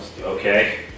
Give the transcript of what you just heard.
Okay